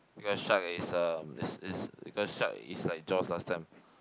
because shark is uh it's it's because shark is like Jaws last time